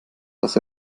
dass